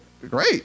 great